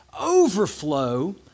overflow